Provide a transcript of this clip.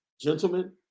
Gentlemen